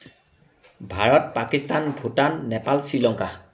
Bharat Pakistan Bhutan Nepal Sri Lanka